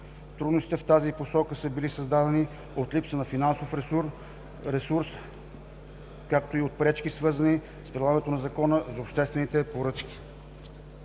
Трудностите в тази посока са били създавани от липса на финансов ресурс, както и от пречки, свързани с прилагането на Закона за обществените поръчки.